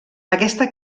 aquesta